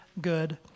good